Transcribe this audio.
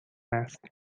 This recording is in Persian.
است